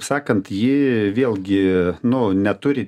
sakant ji vėlgi nu neturi